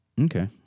Okay